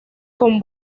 con